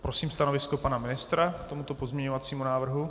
Prosím stanovisko pana ministra k tomuto pozměňovacímu návrhu?